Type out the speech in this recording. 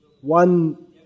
one